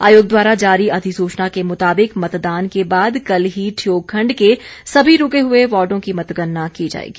आयोग द्वारा जारी अधिसूचना के मुताबिक मतदान के बाद कल ही ठियोग खण्ड के सभी रूके हुए वार्डो की मतगणना की जाएगी